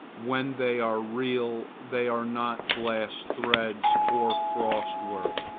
when they are real, they are not glass threads or frostwork,